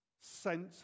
sent